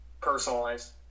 personalized